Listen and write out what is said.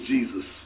Jesus